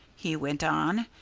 he went on,